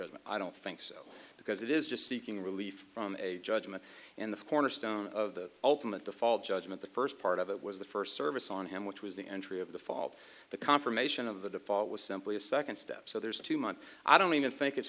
d i don't think so because it is just seeking relief from a judgment in the cornerstone of the ultimate default judgment the first part of it was the first service on him which was the entry of the fault the confirmation of the fall was simply a second step so there's two months i don't even think it's